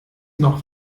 noch